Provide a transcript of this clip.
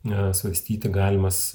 na svarstyti galimas